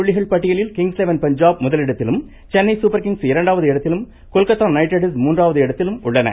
புள்ளிகள் பட்டியலில் கிங்ஸ்லெவன் பஞ்சாப் முதலிடத்திலும் சென்னை சூப்பர்கிங்ஸ் இரண்டாவது இடத்திலும் கொல்கத்தா நைட்ரைடர்ஸ் மூன்றாவது இடத்திலும் உள்ளன